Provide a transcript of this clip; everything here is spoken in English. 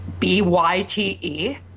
B-Y-T-E